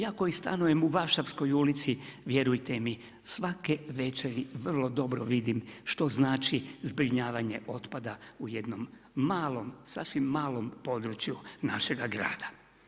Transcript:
Ja koji stanujem u Varšavskoj ulici, vjerujte mi svake večeri vrlo dobro vidim što znači zbrinjavanje otpada u jednom malom, sasvim malom području našega grada.